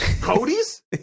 cody's